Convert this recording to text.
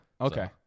Okay